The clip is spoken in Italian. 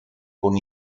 con